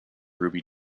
ruby